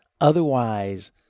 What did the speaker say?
Otherwise